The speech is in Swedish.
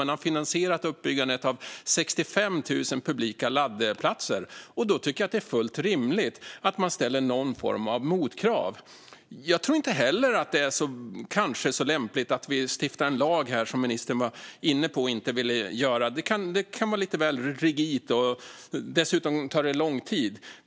Man har finansierat uppbyggandet av 65 000 publika laddplatser, och då tycker jag att det är fullt rimligt att man ställer någon form av motkrav. Jag tror kanske inte heller att det är så lämpligt att vi stiftar en lag, som ministern var inne på och som han inte ville göra. Det kan vara en lite väl rigid lösning, och dessutom tar det lång tid.